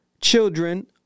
children